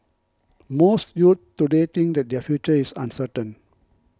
most youths today think that their future is uncertain